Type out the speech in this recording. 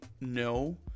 no